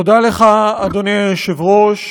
תודה לך, אדוני היושב-ראש,